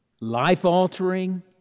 life-altering